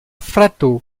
frato